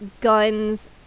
guns